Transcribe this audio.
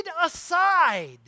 aside